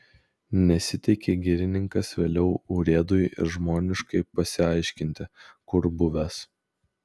nesiteikė girininkas vėliau urėdui ir žmoniškai pasiaiškinti kur buvęs